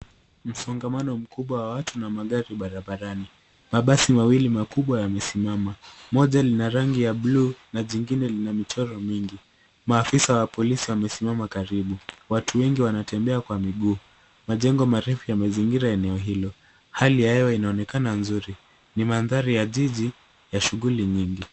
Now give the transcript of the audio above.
Msongamano mkubwa wa watu na magari barabarani. Mabasi mawili makubwa yamesimama. Moja lina rangi ya blue na jingine lina michoro mingi. Maafisa wa polisi wamesimama karibu. Watu wengi wanatembea kwa miguu. Majengo marefu yamezingira eneo hilo. Hali ya hewa inaonekana nzuri. Ni mandhari ya jiji ya shughuli nyingi.